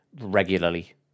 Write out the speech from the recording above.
regularly